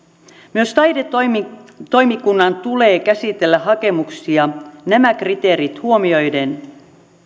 myös taidetoimikunnan tulee käsitellä hakemuksia nämä kriteerit huomioiden